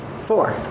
Four